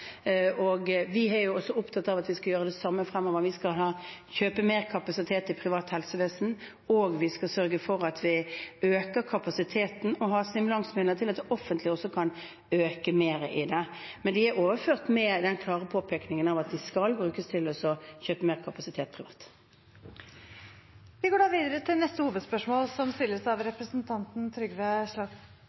Vi er også opptatt av at vi skal gjøre det samme fremover. Vi skal kjøpe mer kapasitet i privat helsevesen, og vi skal sørge for at vi øker kapasiteten og har stimulansemidler til at det offentlige også kan øke mer. Men de er overført med den klare påpekningen at de skal brukes til å kjøpe mer kapasitet privat. Geir Pollestad – til oppfølgingsspørsmål. Eg vil ta fatt i den fyrste delen av